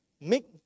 Make